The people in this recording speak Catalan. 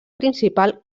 principal